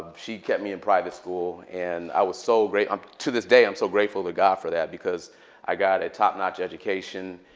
she kept me in private school. and i was so grate um to this day, i'm so grateful to god for that, because i got a top-notch education.